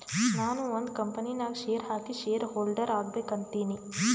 ನಾನು ಒಂದ್ ಕಂಪನಿ ನಾಗ್ ಶೇರ್ ಹಾಕಿ ಶೇರ್ ಹೋಲ್ಡರ್ ಆಗ್ಬೇಕ ಅಂತೀನಿ